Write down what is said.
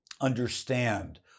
understand